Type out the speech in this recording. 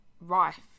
rife